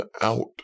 out